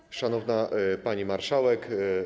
Szanowna Pani Marszałek!